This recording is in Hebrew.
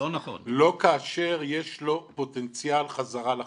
לא כאשר יש לו פוטנציאל חזרה לחיים.